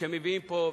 כשמביאים פה,